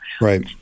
Right